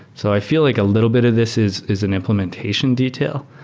so i feel like a little bit of this is is an implementation detail.